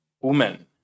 woman